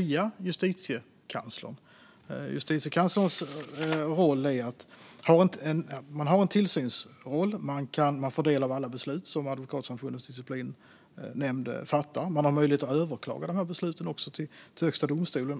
via Justitiekanslern. Justitiekanslern har en tillsynsroll och får del av alla beslut som Advokatsamfundets disciplinnämnd fattar och har också möjlighet att överklaga besluten till Högsta domstolen.